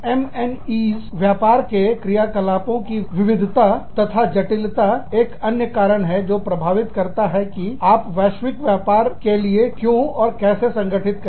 MNE's व्यापार के क्रियाकलापों की विविधता तथा जटिलता एक अन्य कारण है जो प्रभावित करता है कि आप वैश्विक व्यापार के लिए क्यों और कैसे संगठित करें